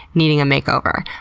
needing a makeover.